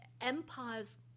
Empires